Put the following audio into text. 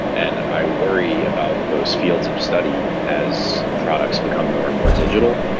and i worry about those fields of study as products become more and more digital.